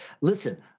Listen